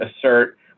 assert